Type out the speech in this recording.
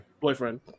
boyfriend